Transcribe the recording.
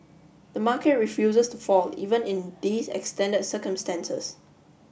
the market refuses to fall even in these extended circumstances